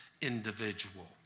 individual